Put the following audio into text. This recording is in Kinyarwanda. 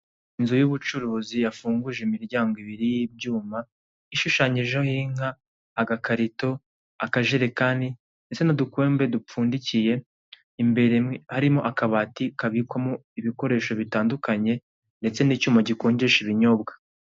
Inzu y'ubucuruzi yafunguje imiryango ibiri y'ibyuma ishushanyijeho inka, agakarito, akajerekani ndetse n'udukombe dupfundikiye, imbere harimo akabati kabikwamo ibikoresho bitandukanye ndetse n'icyuma gikonjesha ibinyobwa.